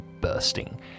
bursting